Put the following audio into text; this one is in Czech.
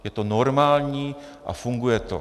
Je to normální a funguje to.